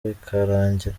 bikarangira